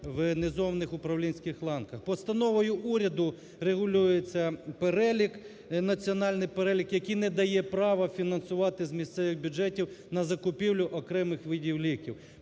в низових управлінських ланках. Постановою уряду регулюється перелік, національний перелік, який не дає права фінансувати з місцевих бюджетів на закупівлю окремих видів ліків.